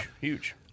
Huge